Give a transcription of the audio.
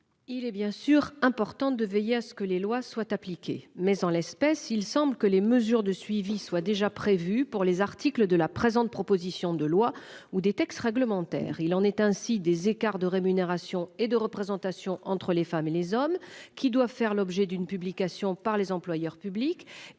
Il est bien sûr important de veiller à ce que les lois soient appliquées. Mais en l'espèce, il semble que les mesures de suivi soit déjà prévu pour les articles de la présente, proposition de loi ou des textes réglementaires. Il en est ainsi des écarts de rémunération et de représentation entre les femmes et les hommes qui doivent faire l'objet d'une publication par les employeurs publics.